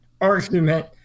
argument